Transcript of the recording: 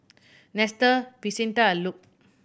Nestor Vicente and Luc